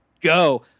go